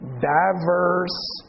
diverse